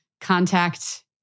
contact